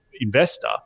investor